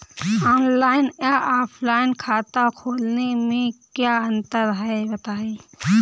Online या offline खाता खोलने में क्या अंतर है बताएँ?